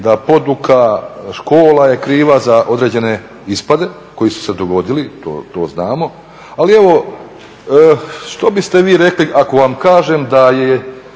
da poduka, škola je kriva za određene ispade koji su se dogodili to znamo. Ali evo, što biste vi rekli ako vam kažem da se